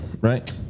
Right